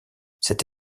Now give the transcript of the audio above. cette